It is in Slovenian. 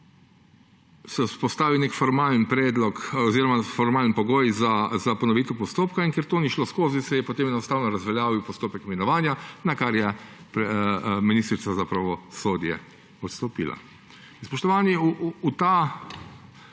se vzpostavi nek formalen predlog oziroma formalen pogoj za ponovitev postopka, in ker to ni šlo skozi, se je potem enostavno razveljavil postopek imenovanja, na kar je ministrica za pravosodje odstopila. Spoštovani, v to